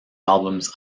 albums